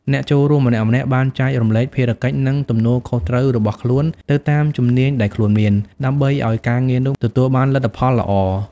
អ្នកចូលរួមម្នាក់ៗបានចែករំលែកភារកិច្ចនិងទំនួលខុសត្រូវរបស់ខ្លួនទៅតាមជំនាញដែលខ្លួនមាន ដើម្បីឱ្យការងារនោះទទួលបានលទ្ធផលល្អ។